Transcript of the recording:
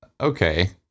okay